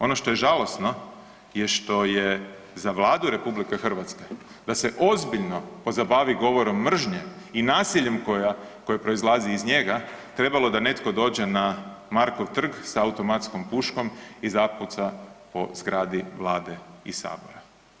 Ono što je žalosno je što je za Vladu RH da se ozbiljno pozabavi govorom mržnje i nasiljem koje proizlazi iz njega trebalo da netko dođe na Markov trg s automatskom puškom i zapuca po zgradi Vlade i Sabora.